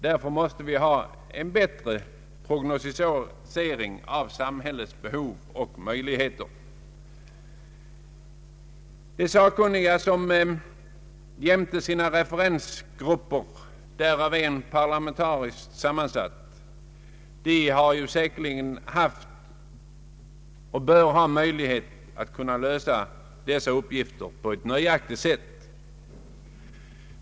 Därför måste vi ha en bättre prognostisering av samhällets behov och möjligheter. De sakkunniga jämte deras referensgrupper — varav en parlamentariskt sammansatt — har säkerligen haft och bör ha möjligheter att lösa dessa uppgifter på ett nöjaktigt sätt.